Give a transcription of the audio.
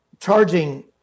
charging